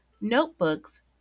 notebooks